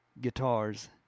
Guitars